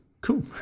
cool